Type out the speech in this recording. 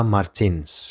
Martins